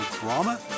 drama